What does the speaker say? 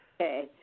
Okay